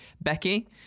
Becky